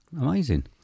Amazing